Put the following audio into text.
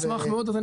אני אשמח מאוד.